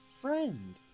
Friend